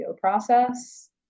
process